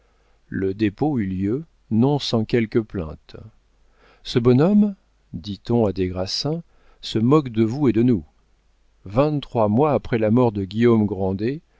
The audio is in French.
le dépôt eut lieu non sans quelques plaintes ce bonhomme dit-on à des grassins se moque de vous et de nous vingt-trois mois après la mort de guillaume grandet